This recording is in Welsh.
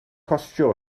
costio